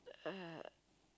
uh